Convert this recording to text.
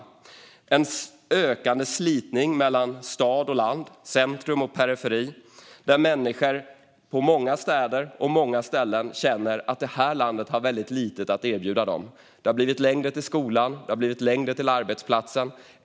Det är en ökande slitning mellan stad och land, centrum och periferi, där människor i många städer och på många ställen känner att detta land har väldigt lite att erbjuda dem. Det har blivit längre till skolan, och det har blivit längre till arbetsplatsen.